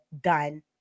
done